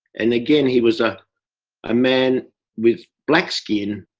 and again he was ah a man with black skin,